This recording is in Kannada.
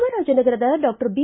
ಚಾಮರಾಜನಗರದ ಡಾಕ್ಟರ್ ಬಿ